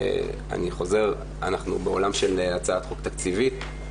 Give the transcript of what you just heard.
אני חוזר שאנחנו בעולם של הצעת חוק תקציבית.